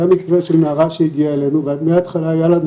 היה מקרה של נערה הגיעה אלינו ומהתחלה היה לנו